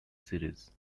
series